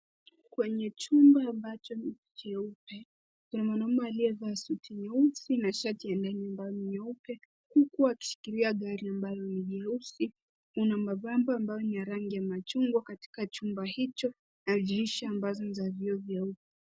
Kwenye chumba ambacho ni cheupe kuna mwanaume aliyevaa suti nyeusi na shati ya ndani ambayo nyeupe, uku akishikilia gari ambalo ni jeusi. Kuna mapambo ambayo ni ya rangi ya machungwa katika chumba hicho na dirisha ambazo ni za vioo vyeupe.